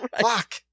Fuck